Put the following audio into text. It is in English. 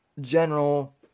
general